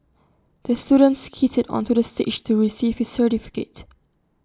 the student skated onto the stage to receive his certificate